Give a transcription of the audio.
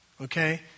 Okay